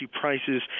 prices